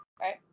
right